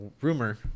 rumor